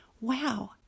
Wow